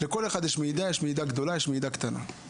לכל אחד יש מעידה, יש מעידה גדולה ויש מעידה קטנה.